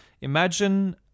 Imagine